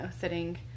sitting